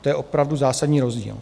To je opravdu zásadní rozdíl.